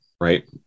Right